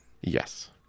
Yes